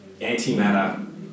antimatter